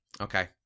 Okay